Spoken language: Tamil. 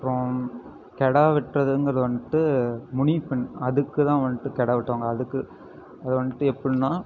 அப்புறோம் கெடா வெட்டுறதுங்குறது வந்துட்டு முனியப்பன் அதுக்குதான் வந்துட்டு கிடா வெட்டுவாங்க அதுக்கு அது வந்துட்டு எப்புடின்னா ஃபர்ஸ்ட்